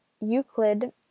Euclid